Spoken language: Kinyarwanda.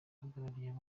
ahagarariye